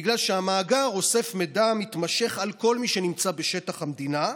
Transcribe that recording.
בגלל שהמאגר אוסף מידע מתמשך על כל מי שנמצא בשטח המדינה.